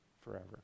forever